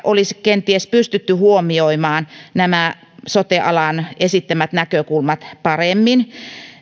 olisi kenties pystytty huomioimaan nämä sote alan esittämät näkökulmat paremmin